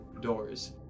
doors